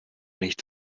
nicht